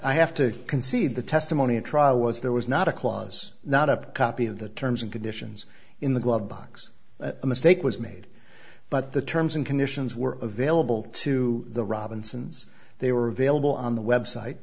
i have to concede the testimony at trial was there was not a clause not a copy of the terms and conditions in the glove box a mistake was made but the terms and conditions were available to the robinsons they were available on the website